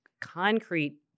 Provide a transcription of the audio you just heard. concrete